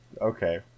okay